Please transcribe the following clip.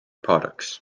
products